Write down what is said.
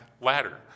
ladder